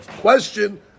question